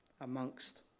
amongst